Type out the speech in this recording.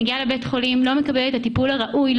וכשהיא מגיעה לבית חולים היא לא מקבלת את הטיפול הראוי,